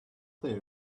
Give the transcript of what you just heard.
clear